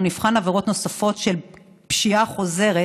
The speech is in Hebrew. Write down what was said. נבחן עבירות נוספות של פשיעה חוזרת,